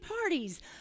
parties